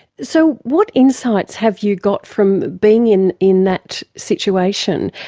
so what insights have you got from being in in that situation,